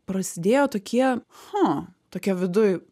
prasidėjo tokie ha tokia viduj